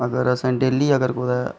अगर डेह्ली अगर कुतै